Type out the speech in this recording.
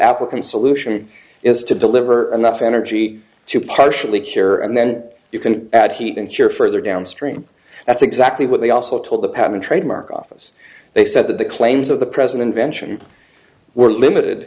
apple can solution is to deliver enough energy to partially cure and then you can add heat and shear further downstream that's exactly what they also told the patent trademark office they said that the claims of the president ventured were limited